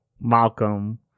Malcolm